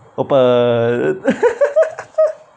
open